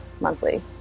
monthly